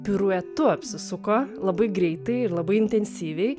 piruetu apsisuko labai greitai ir labai intensyviai